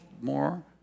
more